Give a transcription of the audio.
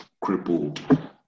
crippled